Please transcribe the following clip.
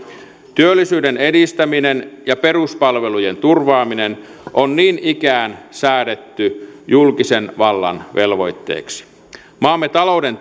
työllisyyden edistäminen ja peruspalvelujen turvaaminen on niin ikään säädetty julkisen vallan velvoitteiksi maamme talouden